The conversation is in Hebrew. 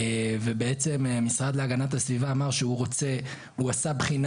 ובעצם משרד להגנת הסביבה אמר שהוא עשה בחינה